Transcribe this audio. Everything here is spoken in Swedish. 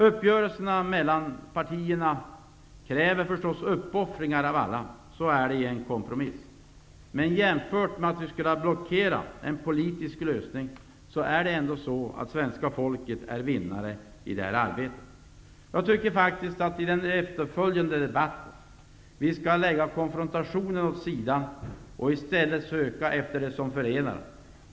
Uppgörelser mellan partierna kräver förstås uppoffringar av alla. Så är det i en kompromiss. Men jämfört med att vi skulle ha blockerat en politisk lösning är ändå svenska folket vinnare i det här arbetet. Jag tycker faktiskt att vi i den efterföljande debatten skall lägga konfrontationer åt sidan och i stället söka efter det som förenar.